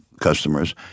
customers